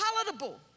palatable